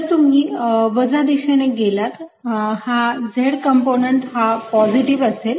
जर तुम्ही वजा दिशेने गेलात हा z कंपोनंट हा पॉझिटिव्ह असेल